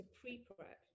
pre-prep